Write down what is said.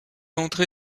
entré